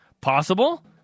Possible